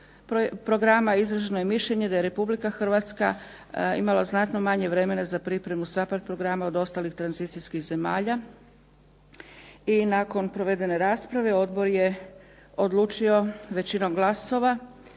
programa izraženo je mišljenje da je Republika Hrvatska imala znatno manje vremena za pripremu SAPARD programa od ostalih tranzicijskih zemalja i nakon provedene rasprave Odbor je odlučio većinom glasova